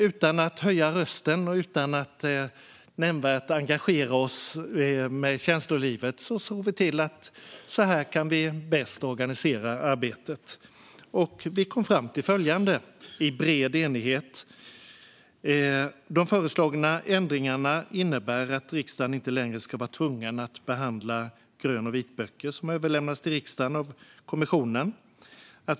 Utan att höja rösten och utan att närmare engagera oss med känslolivet såg vi till hur vi bäst skulle kunna organisera arbetet. Vi kom i bred enighet fram till följande: De föreslagna ändringarna innebär att riksdagen inte längre ska vara tvungen att behandla grön och vitböcker som överlämnas till riksdagen av kommissionen.